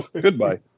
Goodbye